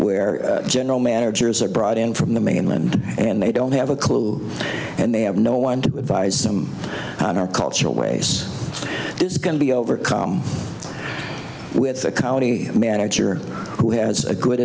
where general managers are brought in from the mainland and they don't have a clue and they have no one to advise them on our cultural ways is going to be overcome with the county manager who has a good